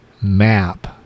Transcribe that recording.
map